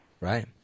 Right